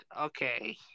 Okay